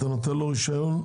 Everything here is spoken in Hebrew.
אתה נותן לו רישיון?